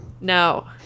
No